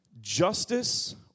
justice